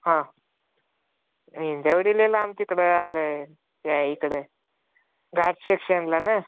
हा हिंजेवडीले आमच्या इकडं आलं आहे त्या इकडे घाट शेक्शनला ना